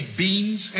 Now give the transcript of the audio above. beans